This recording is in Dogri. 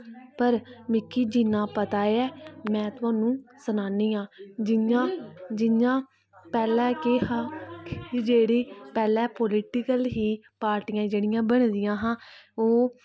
पर मिकी जिन्ना पता ऐ में थुआनूं सनानी आं जियां जियां पैह्ले केह् हा कि जेह्ड़ी पैह्ले पोलिटीकल ही पार्टियां जेह्ड़ियां बनी दियां हां ओह्